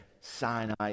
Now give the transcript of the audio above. Sinai